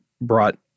brought